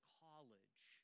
college